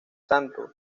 santo